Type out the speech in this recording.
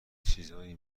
چیزایی